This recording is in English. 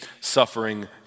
suffering